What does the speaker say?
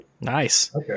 Nice